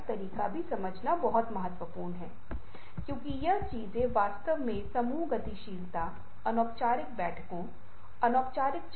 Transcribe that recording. तो आप देखते हैं कि छवियों की संपूर्ण धारणा प्रक्रिया को केवल पाठ में हेरफेर करके परिवर्तित किया जा सकता है